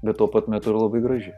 bet tuo pat metu ir labai graži